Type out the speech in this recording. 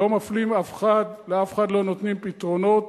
לא מפלים אף אחד, לאף אחד לא נותנים פתרונות,